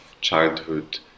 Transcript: childhood